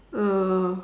uh